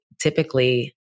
typically